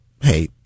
hey